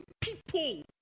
people